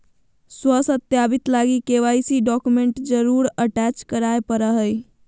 स्व सत्यापित लगी के.वाई.सी डॉक्यूमेंट जरुर अटेच कराय परा हइ